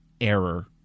error